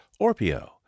ORPIO